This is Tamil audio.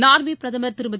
நார்வே பிரதமர் திருமதி